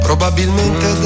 Probabilmente